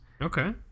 Okay